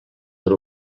per